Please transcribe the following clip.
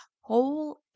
whole